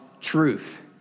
truth